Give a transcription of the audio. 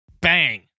Bang